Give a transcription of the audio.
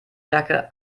jacke